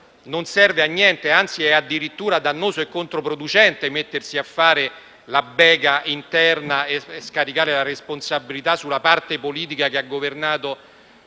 non serve a niente - ed anzi è addirittura dannoso e controproducente - mettersi a fare la bega interna e scaricare la responsabilità sulla parte politica che ha governato